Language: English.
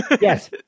Yes